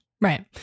Right